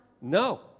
No